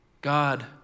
God